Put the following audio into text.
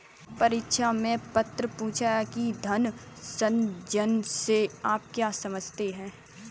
परीक्षा में प्रश्न पूछा गया कि धन सृजन से आप क्या समझते हैं?